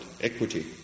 equity